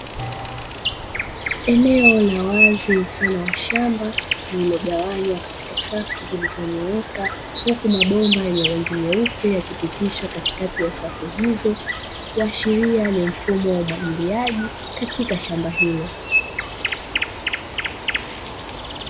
Eneo la wazi, mfano wa shamba lililogawanywa katika safu zilizonyooka, huku mabomba yenye rangi nyeupe yakipitishwa katikati ya safu hizo, kuashiria ni mfumo wa umwagiliaji katika shamba hilo.